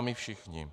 My všichni.